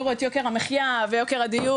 שבסופו של דבר לא מגיעים למי שאמור לתת אותם.